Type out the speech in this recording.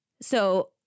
So-